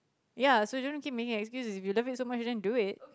ya so don't keep making excuses if you love it so much then do it